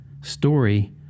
story